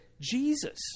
Jesus